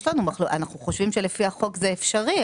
אנחנו חושבים שלפי החוק זה אפשרי,